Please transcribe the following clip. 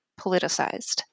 politicized